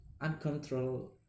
uncontrolled